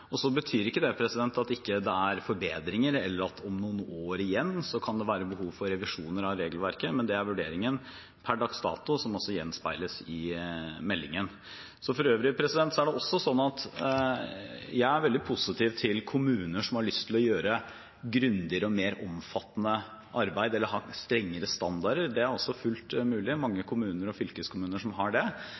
betyr ikke at det ikke er rom for forbedringer, eller at det ikke om noen år igjen kan være behov for revisjon av regelverket, men det er vurderingen per dags dato, som også gjenspeiles i meldingen. Jeg er for øvrig veldig positiv til kommuner som har lyst til å gjøre grundigere og mer omfattende arbeid eller ha strengere standarder. Det er også fullt mulig. Det er mange kommuner og fylkeskommuner som har det.